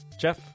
jeff